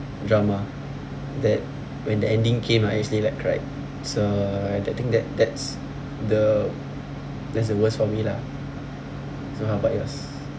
drama that when the ending came I actually like cried so that think that that's the that's the worst for me lah so how about yours